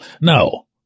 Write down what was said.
No